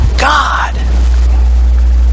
God